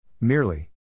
Merely